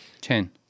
Ten